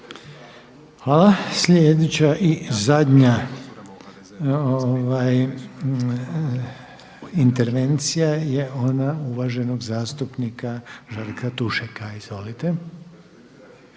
Hvala. Sljedeća i zadnja intervencija je ona uvaženog zastupnika Žarka Tušaka. Izvolite.